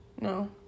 No